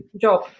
job